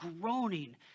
groaning